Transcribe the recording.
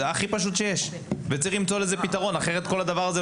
זה הכי פשוט שיש וצריך למצוא לזה פתרון כי אחרת כל הדבר הזה,